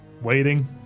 waiting